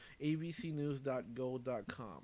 ABCnews.go.com